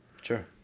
Sure